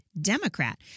Democrat